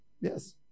Yes